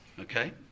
Okay